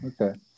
Okay